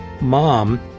mom